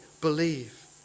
believe